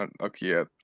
okay